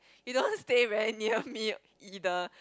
you don't stay very near me either